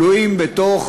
כלואים בתוך